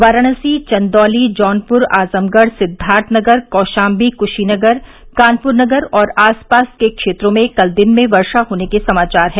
वाराणसी चंदौली जौनपुर आजमगढ़ सिद्वार्थनगर कौशाम्बी क्शीनगर कानपुर नगर और आसपास के क्षेत्रों में कल दिन में वर्षा होने के समाचार हैं